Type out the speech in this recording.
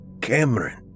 Cameron